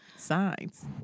signs